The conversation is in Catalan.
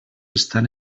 estan